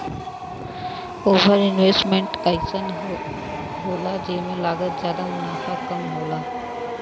over investment अइसन निवेस होला जेमे लागत जादा मुनाफ़ा कम होला